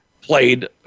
played